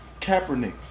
Kaepernick